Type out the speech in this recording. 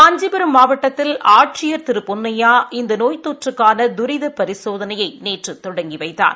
காஞ்சிபுரம் மாவட்டத்தில் ஆட்சியர் திரு பொன்னையா இந்த நோய் தொற்றுக்கான துரித பரிசோதனையை நேற்று தொடங்கி வைத்தார்